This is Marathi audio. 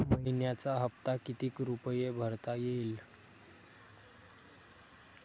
मइन्याचा हप्ता कितीक रुपये भरता येईल?